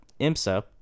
IMSA